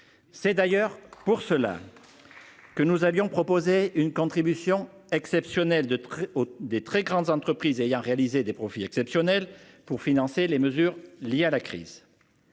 C'est d'ailleurs pour cela. Que nous avions proposé une contribution exceptionnelle de très haut, des très grandes entreprises ayant réalisé des profits exceptionnels pour financer les mesures liées à la crise.